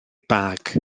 bag